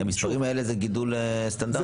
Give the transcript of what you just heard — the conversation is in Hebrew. המספרים האלה זה גידול סטנדרטי.